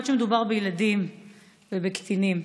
בייחוד כשמדובר בילדים ובקטינים.